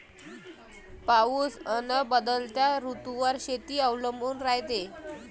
पाऊस अन बदलत्या ऋतूवर शेती अवलंबून रायते